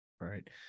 right